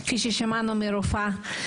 כפי ששמענו מהרופאה,